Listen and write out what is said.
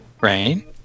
Rain